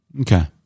Okay